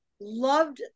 Loved